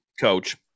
Coach